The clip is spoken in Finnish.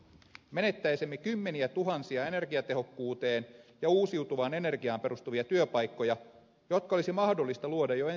menettäisimme kymmeniä tuhansia energiatehokkuuteen ja uusiutuvaan energiaan perustuvia työpaikkoja jotka olisi mahdollista luoda jo ensi vuosikymmenellä